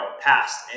past